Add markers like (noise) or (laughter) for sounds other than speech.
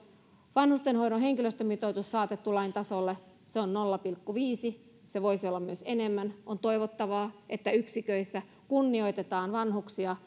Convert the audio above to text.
vanhustenhoidon henkilöstömitoitus saatettu lain tasolle se on nolla pilkku viisi se voisi olla myös enemmän on toivottavaa että yksiköissä kunnioitetaan vanhuksia (unintelligible)